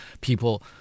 people